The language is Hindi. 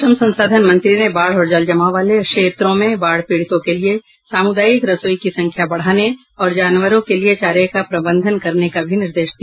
श्रम संसाधन मंत्री ने बाढ़ और जल जमाव वाले क्षेत्रों में बाढ़ पीड़ितों के लिए सामुदायिक रसोई की संख्या बढ़ाने और जानवरों के लिए चारे का प्रबंधन करने का भी निर्देश दिया